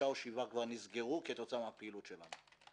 5 או 7 כבר נסגרו כתוצאה מהפעילות שלנו,